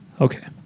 Okay